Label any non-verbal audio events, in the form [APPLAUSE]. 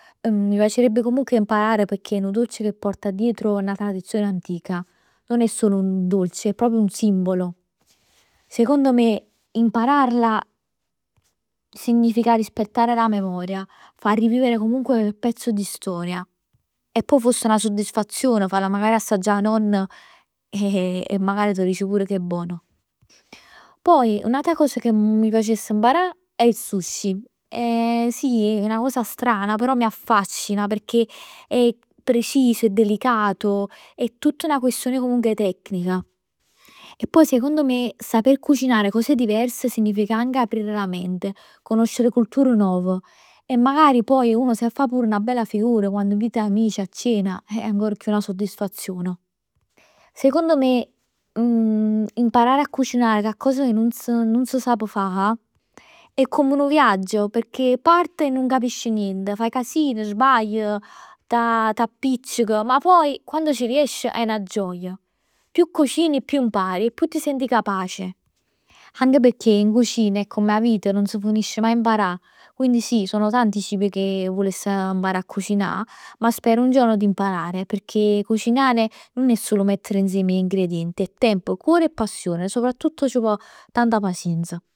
Mi piacerebbe comunque imparare pecchè è nu dolce che porta dietro una tradizione antica. Nun è sul nu dolce, è anche un simbolo. Secondo me impararla significa rispettare la memoria, far rivivere comunque quel pezzo di storia e poj foss 'na soddisfazione farla magari assaggià 'a nonna e magari t' dice pur che è bona. Poi n'ata cosa ca m' piacess a imparà è il sushi. È [HESITATION] sì è 'na cosa strana, però mi affascina perchè è preciso e delicato. È tutt 'na questione comunque 'e tecnica e poi secondo me saper cucinare anche cose diverse significa anche aprire la mente e conoscere culture nuove e magari poi uno si adda fa pur 'na bella figura quando invita amici a cena è ancora chiù 'na soddisfazion. Secondo me [HESITATION] imparare a cucinare coccos ca nun s' s' sape fa è come nu viaggio pecchè parte e nun capisc nient, faje casin, sbagl, t'appiccic, ma poi quando c' riesci è 'na gioia. Più cucini e più impari e più ti senti capace. Anche pecchè in cucina è come 'a vita, nun s' finisce maje d' imparà. Quindi sì sono tanti i cibi ca m' vuless imparà a cucinà, ma spero un giorno di imparare pecchè cucinare nun è solo mettere insieme ingredienti. È tempo cuore e passione, ma soprattutto c' vò tanta pazienza.